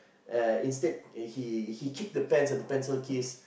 and instead he he kick the pens and the pencil case